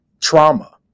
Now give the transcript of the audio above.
trauma